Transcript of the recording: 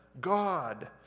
God